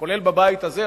כולל בבית הזה,